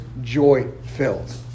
joy-filled